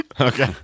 Okay